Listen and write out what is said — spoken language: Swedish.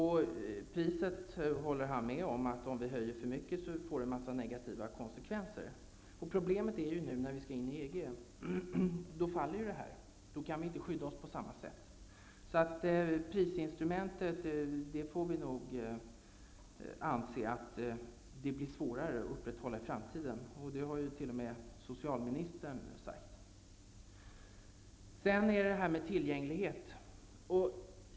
Han håller med om, att om vi höjer priset för mycket, får det en massa negativa konsekvenser. Problemet nu när vi skall in i EG är att detta medel faller, och då kan vi inte skydda oss på samma sätt. Vi anser att prisinstrumentet blir svårare att upprätthålla i framtiden. Det har t.o.m. socialministern sagt. Sedan till detta med tillgänglighet.